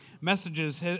messages